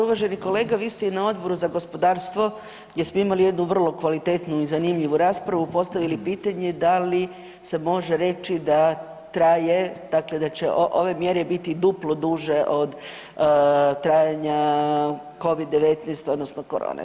Uvaženi kolega, vi ste i na Odboru za gospodarstvo gdje smo imali jednu vrlo kvalitetnu i zanimljivu raspravu postavili pitanje da li se može reći da traje, dakle da će ove mjere biti duplo duže od trajanja Covid-19 odnosno korone.